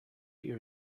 year